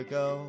go